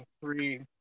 three